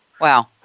Wow